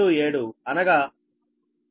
27 అనగా 8013